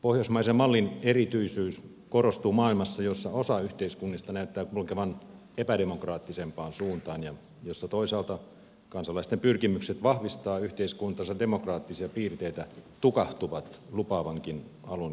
pohjoismaisen mallin erityisyys korostuu maailmassa jossa osa yhteiskunnista näyttää kulkevan epädemokraattisempaan suuntaan ja jossa toisaalta kansalaisten pyrkimykset vahvistaa yhteiskuntansa demokraattisia piirteitä tukahtuvat lupaavankin alun jälkeen